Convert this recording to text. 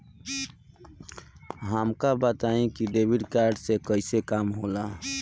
हमका बताई कि डेबिट कार्ड से कईसे काम होला?